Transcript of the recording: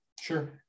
Sure